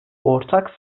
ortak